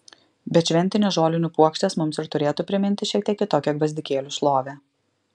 bet šventinės žolinių puokštės mums ir turėtų priminti šiek tiek kitokią gvazdikėlių šlovę